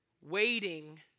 waiting